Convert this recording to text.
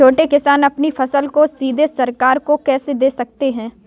छोटे किसान अपनी फसल को सीधे सरकार को कैसे दे सकते हैं?